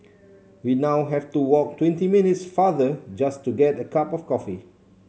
we now have to walk twenty minutes farther just to get a cup of coffee